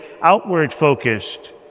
outward-focused